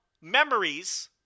memories